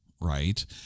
right